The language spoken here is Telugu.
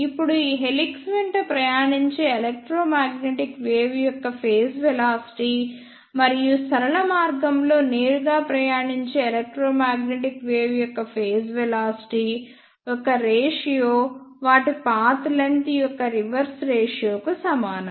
ఇప్పుడు ఈ హెలిక్స్ వెంట ప్రయాణించే ఎలెక్ట్రోమాగ్నెటిక్ వేవ్ యొక్క ఫేజ్ వెలాసిటీ మరియు సరళ మార్గంలో నేరుగా ప్రయాణించే ఎలెక్ట్రోమాగ్నెటిక్ వేవ్ యొక్క ఫేజ్ వెలాసిటీ యొక్క రేషియో వాటి పాత్ లెంగ్త్ యొక్క రివర్స్ రేషియోస్ కు సమానం